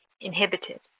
inhibited